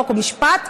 חוק ומשפט,